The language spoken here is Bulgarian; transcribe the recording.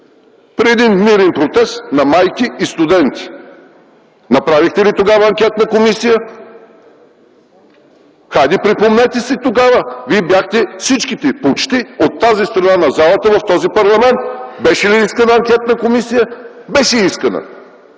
при един мирен протест на майки и студенти. Направихте ли тогава анкетна комисия? Хайде, припомнете си тогава! Вие бяхте почти всичките, от тази страна на залата (сочи лявата страна), в този парламент. Беше ли искана анкетна комисия? Беше искана,